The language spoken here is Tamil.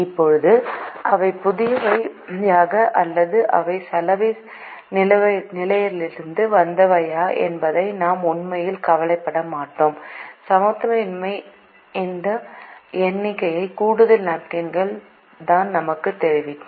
இப்போது அவை புதியவையா அல்லது அவை சலவை நிலையத்திலிருந்து வந்தவையா என்பதை நாம் உண்மையில் கவலைப்பட மாட்டோம் சமத்துவமின்மை இந்த எண்ணிக்கை கூடுதல் நாப்கின்கள் என்று நமக்குத் தெரிவிக்கும்